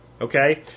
Okay